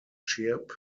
chirp